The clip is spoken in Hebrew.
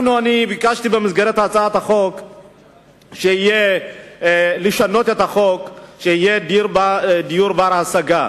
ביקשתי במסגרת הצעת החוק לשנות את החוק כדי שיהיה דיור בר-השגה,